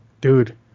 dude